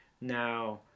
now